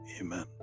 Amen